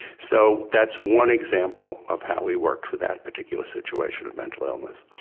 so that's one example of how we worked with that particular situation of mental illness.